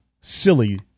silly